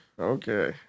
okay